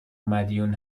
مدیون